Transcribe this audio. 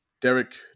Derek